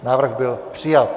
Návrh byl přijat.